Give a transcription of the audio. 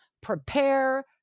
prepare